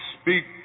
speak